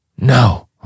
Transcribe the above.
No